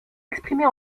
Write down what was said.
exprimée